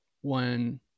one